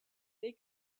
they